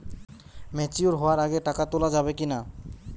Mature হওয়ার আগে টাকা তোলা যাবে কিনা?